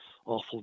Awful